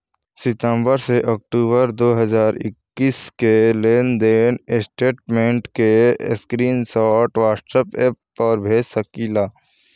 सितंबर से अक्टूबर दो हज़ार इक्कीस के लेनदेन स्टेटमेंट के स्क्रीनशाट व्हाट्सएप पर भेज सकीला?